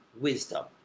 wisdom